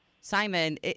Simon